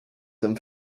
tym